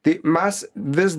tai mas vis